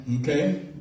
okay